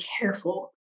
careful